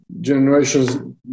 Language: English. generations